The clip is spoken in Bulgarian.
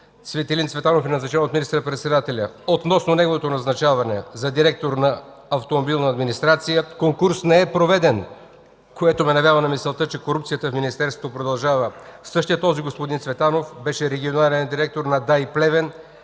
Цветелин Цветанов е назначен от министър-председателя, относно неговото назначаване за директор на „Автомобилна администрация” конкурс не е проведен, което ме навява на мисълта, че корупцията в Министерството продължава. Същият този господин Цветанов беше регионален директор на ДАИ – Плевен,